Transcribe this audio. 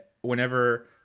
whenever